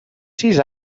sis